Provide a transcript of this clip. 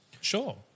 Sure